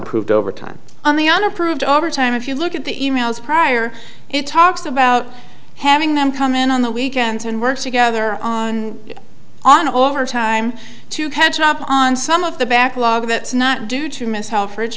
approved overtime on the unapproved overtime if you look at the e mails prior it talks about having them come in on the weekends and work together on on over time to catch up on some of the backlog that's not due to miss home fridge